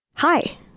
Hi